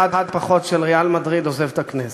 פחות של "ריאל מדריד" עוזב את הכנסת.